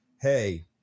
hey